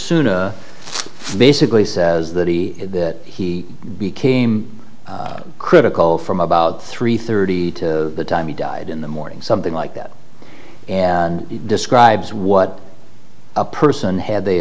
soon basically says that he that he became critical from about three thirty to the time he died in the morning something like that and describes what a person had they